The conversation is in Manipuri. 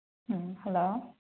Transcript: ꯎꯝ ꯍꯜꯂꯣ